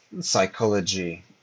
psychology